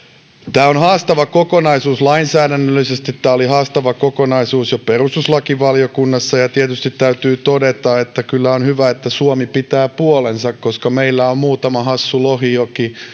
tämä on haastava kokonaisuus lainsäädännöllisesti ja tämä oli haastava kokonaisuus jo perustuslakivaliokunnassa tietysti täytyy todeta että kyllä on hyvä että suomi pitää puolensa koska meillä on muutama hassu lohijoki